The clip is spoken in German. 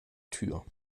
tür